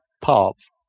parts